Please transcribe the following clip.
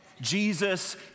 Jesus